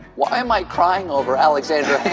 why am i crying over alexander